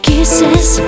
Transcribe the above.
Kisses